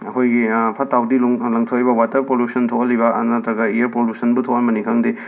ꯑꯩꯈꯣꯏꯒꯤ ꯐꯠꯇ ꯍꯥꯎꯗꯤ ꯂꯨꯡ ꯂꯪꯊꯣꯛꯏꯕ ꯋꯥꯇꯔ ꯄꯣꯂꯨꯁꯟ ꯊꯣꯛꯍꯜꯂꯤꯕ ꯑ ꯅꯠꯇ꯭ꯔꯒ ꯏꯌꯔ ꯄꯣꯂꯨꯁꯟꯕꯨ ꯊꯣꯛꯍꯟꯕꯅꯤ ꯈꯪꯗꯦ